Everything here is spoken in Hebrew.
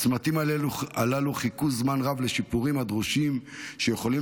הצמתים הללו חיכו זמן רב לשיפורים הדרושים שיכולים